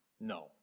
no